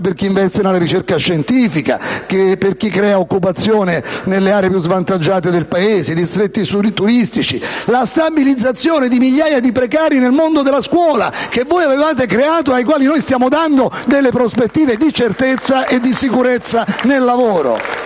per chi investe nella ricerca scientifica, per chi crea occupazione nelle aree più svantaggiate del Paese; i distretti turistici; la stabilizzazione di migliaia di precari nel mondo della scuola, che voi avevate creato e ai quali noi stiamo dando delle prospettive di certezza e di sicurezza nel lavoro.